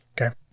okay